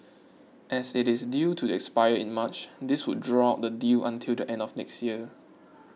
as it is due to expire in March this would draw out the deal until the end of next year